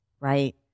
right